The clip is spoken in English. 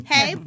Hey